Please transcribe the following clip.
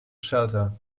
shelter